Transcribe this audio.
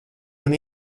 man